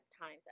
times